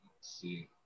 see